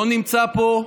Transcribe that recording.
לא נמצא פה,